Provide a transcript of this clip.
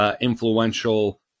Influential